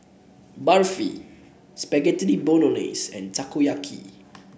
Barfi Spaghetti Bolognese and Takoyaki